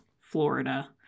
Florida